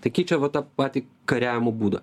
tai keičia va tą patį kariavimo būdą